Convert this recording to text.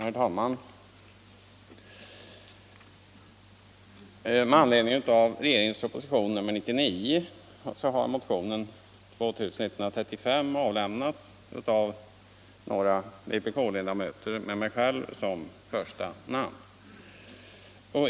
Herr talman! Med anledning av regeringens proposition nr 99 har motionen 2135 väckts av några vpk-ledamöter med mitt namn först.